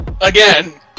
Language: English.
Again